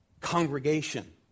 congregation